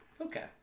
Okay